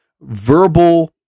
verbal